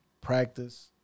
practice